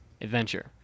adventure